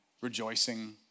rejoicing